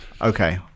Okay